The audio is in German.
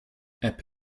app